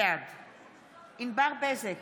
בעד ענבר בזק,